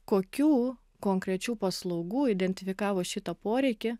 kokių konkrečių paslaugų identifikavo šitą poreikį